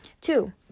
Two